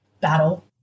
battle